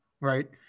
right